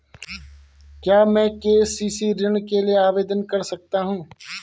क्या मैं के.सी.सी ऋण के लिए आवेदन कर सकता हूँ?